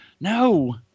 no